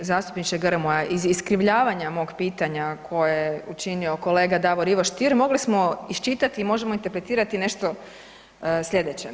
Uvaženi zastupniče Grmoja, iz iskrivljavanja mog pitanja koje je učinio kolega Davor Ivo Stier mogli smo iščitati i možemo interpretirati nešto slijedeće.